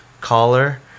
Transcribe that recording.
Collar